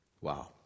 Wow